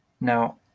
Now